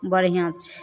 बढ़िआँ छै